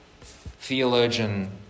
Theologian